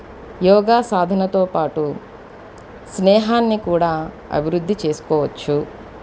యోగా సాధనతో పాటు స్నేహాన్ని కూడా అభివృద్ధి చేసుకోవచ్చు